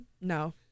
No